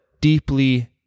deeply